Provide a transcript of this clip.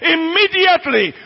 Immediately